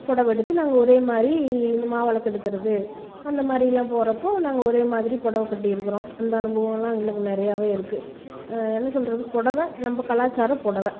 புடவை எடுத்து நாங்கள் ஒரே மாதிரி இந்த மாவிளக்கு எடுக்கிறது அந்த மாதிரிலாம் போடுறப்போ நாங்கள் ஒரே மாதிரி புடவை கட்டிருக்கறோம் அந்த அனுபவம்லாம் எங்களுக்கு நிறையவே இருக்குது என்ன சொல்கிறது புடவை நம்ம கலாச்சாரம் புடவை